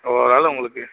overall உங்களுக்கு